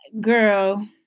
girl